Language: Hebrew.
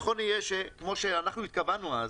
נכון יהיה שכמו שהתכוונו אז,